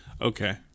Okay